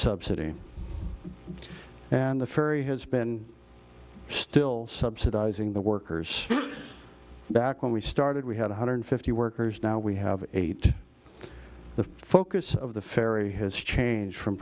subsidy and the ferry has been still subsidising the workers back when we started we had one hundred fifty workers now we have eight the focus of the ferry has changed from